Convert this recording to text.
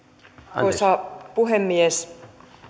arvoisa puhemies